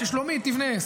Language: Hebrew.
ששלומית תבנה,